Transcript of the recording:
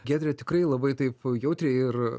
giedrė tikrai labai taip jautriai ir